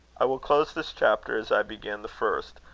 i will close this chapter, as i began the first,